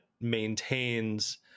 maintains